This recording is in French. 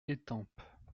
étampes